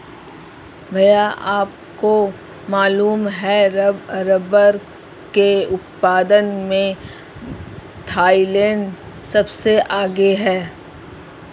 भैया आपको मालूम है रब्बर के उत्पादन में थाईलैंड सबसे आगे हैं